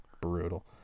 brutal